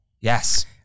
yes